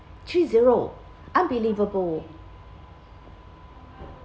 three zero unbelievable